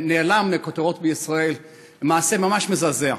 נעלם מן הכותרות בישראל מעשה ממש מזעזע: